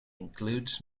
includes